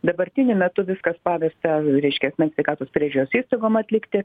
dabartiniu metu viskas pavesta reiškia asmens sveikatos priežiūros įstaigom atlikti